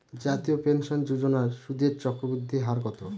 জাতীয় পেনশন যোজনার সুদের চক্রবৃদ্ধি হার কত?